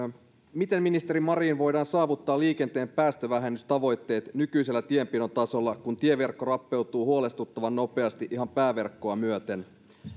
miten ministeri marin voidaan saavuttaa liikenteen päästövähennystavoitteet nykyisellä tienpidon tasolla kun tieverkko rappeutuu huolestuttavan nopeasti ihan pääverkkoa myöten